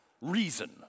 reason